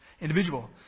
individual